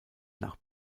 nach